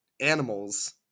animals